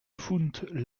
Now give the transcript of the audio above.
fount